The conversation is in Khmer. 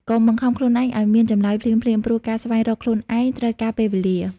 កុំបង្ខំខ្លួនឯងឱ្យមានចម្លើយភ្លាមៗ ព្រោះការស្វែងរកខ្លួនឯងត្រូវការពេលវេលា។